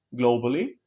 globally